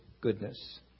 goodness